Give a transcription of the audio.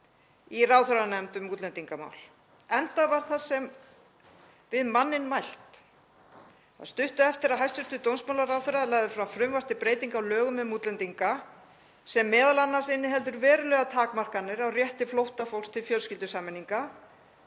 í ráðherranefnd um útlendingamál, enda var það sem við manninn mælt að stuttu eftir að hæstv. dómsmálaráðherra lagði fram frumvarp til breytinga á lögum um útlendinga, sem m.a. inniheldur verulegar takmarkanir á rétti flóttafólks til fjölskyldusameiningar,